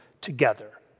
together